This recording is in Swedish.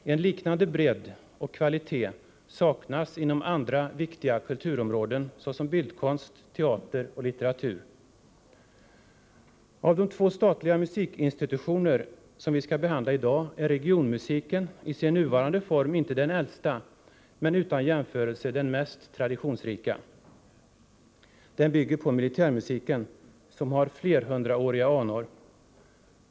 En liknande bredd och kvalitet saknas inom andra viktiga kulturområden såsom bildkonst, teater och litteratur. Av de två statliga musikinstitutioner som vi skall behandla i dag är regionmusiken i sin nuvarande form inte den äldsta men utan jämförelse den mest traditionsrika. Den bygger på militärmusiken, som har flerhundraåriga anor.